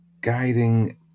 guiding